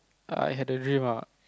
I had a dream ah